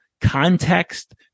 context